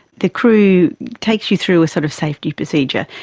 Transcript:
the crew takes you through a sort of safety procedure,